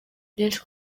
byinshi